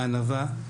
מהענווה,